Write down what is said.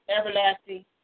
everlasting